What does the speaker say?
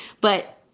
But-